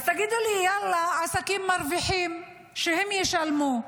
אז תגידו לי: יאללה, העסקים מרוויחים, שהם ישלמו.